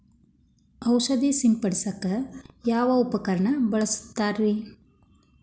ಔಷಧಿ ಸಿಂಪಡಿಸಕ ಯಾವ ಉಪಕರಣ ಬಳಸುತ್ತಾರಿ?